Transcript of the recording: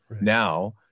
Now